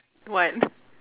what